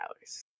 hours